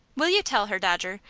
will you tell her, dodger,